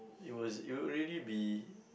it was it will really be